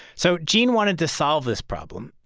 so gene wanted to solve this problem.